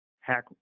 hack